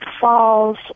falls